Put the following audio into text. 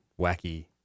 wacky